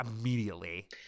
immediately